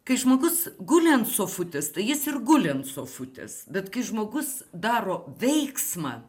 kai žmogus guli ant sofutės tai jis ir guli ant sofutės bet kai žmogus daro veiksmą